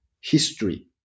history